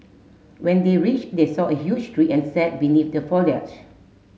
when they reached they saw a huge tree and sat beneath the foliage